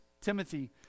Timothy